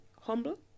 humble